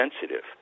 sensitive